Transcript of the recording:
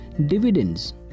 dividends